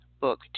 book